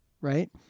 right